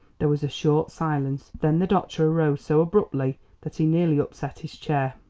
there was a short silence then the doctor arose so abruptly that he nearly upset his chair.